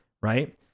right